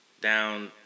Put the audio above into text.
down